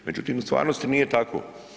Međutim, u stvarnosti nije tako.